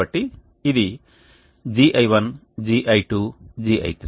కాబట్టి ఇది Gi1 Gi2 Gi3